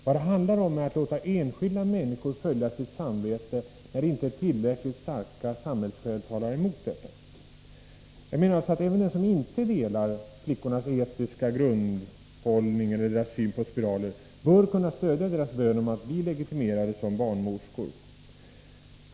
Det handlar om att låta enskilda människor följa sitt samvete, när inte tillräckligt starka samhällsskäl talar emot detta. Jag menar alltså att även den som inte delar flickornas etiska grundinställning eller deras syn på spiraler bör kunna stödja deras bön om att bli legitimerade som barnmorskor.